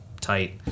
tight